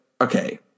okay